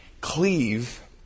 cleave